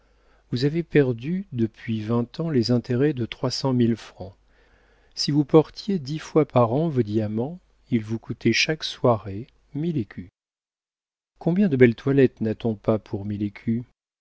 vous avez perdu depuis vingt ans les intérêts de trois cent mille francs si vous portiez dix fois par an vos diamants ils vous coûtaient chaque soirée mille écus combien de belles toilettes n'a-t-on pas pour mille écus